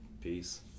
Peace